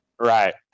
right